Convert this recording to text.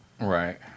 Right